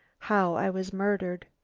how i was murdered.